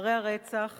אחרי הרצח